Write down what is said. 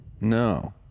No